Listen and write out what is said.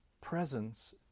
presence